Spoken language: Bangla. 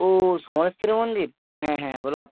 ও সমলেশ্বরীর মন্দির হ্যাঁ হ্যাঁ বলুন